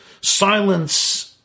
silence